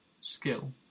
skill